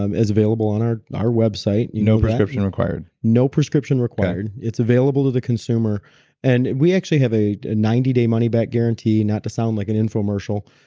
um it's available on our our website no prescription required? no prescription required. it's available to the consumer and we actually have a ninety day money back guarantee, not to sound like an infomercial.